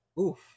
Oof